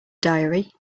diary